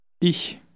Ich